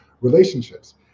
relationships